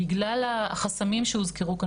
בגלל החסמים שהוזכרו כאן,